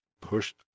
pushed